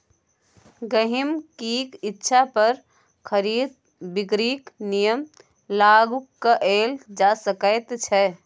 गहिंकीक इच्छा पर खरीद बिकरीक नियम लागू कएल जा सकैत छै